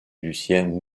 lucien